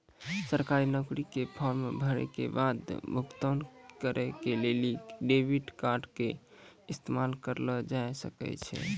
सरकारी नौकरी के फार्म भरै के बाद भुगतान करै के लेली डेबिट कार्डो के इस्तेमाल करलो जाय सकै छै